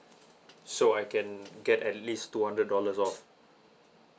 so I can get at least two hundred dollars off